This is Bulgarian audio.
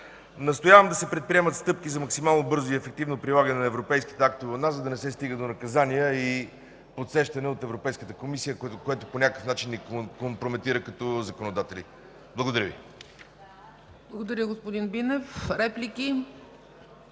Настоявам да се предприемат стъпки за максимално бързо и ефективно прилагане на европейските актове у нас, за да не се стига до наказания и подсещане от Европейската комисия, което по някакъв начин ни компрометира като законодатели. Благодаря Ви. ПРЕДСЕДАТЕЛ ЦЕЦКА ЦАЧЕВА: Благодаря, господин Бинев. Реплики?